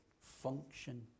function